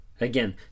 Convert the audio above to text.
Again